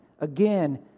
again